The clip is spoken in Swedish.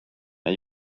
jag